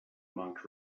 monk